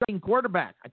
quarterback